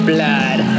Blood